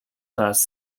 class